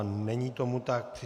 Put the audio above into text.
Není tomu tak.